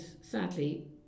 sadly